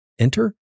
Enter